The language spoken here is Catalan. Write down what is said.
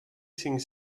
cinc